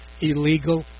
illegal